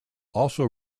also